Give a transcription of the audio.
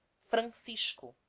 francisco